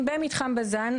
במתחם בזן,